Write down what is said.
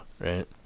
right